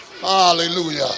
Hallelujah